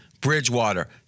Bridgewater